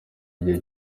igihe